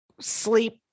sleep